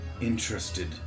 Interested